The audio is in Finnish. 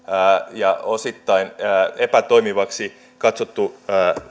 ja osittain epätoimivaksi katsottu